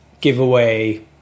giveaway